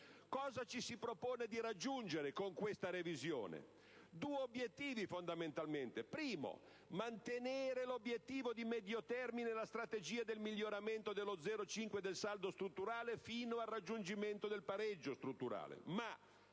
Cosa ci si propone di raggiungere, con questa revisione? Fondamentalmente due cose: mantenere l'obiettivo di medio termine e la strategia del miglioramento dello 0,5 per cento del saldo strutturale fino al raggiungimento del pareggio strutturale,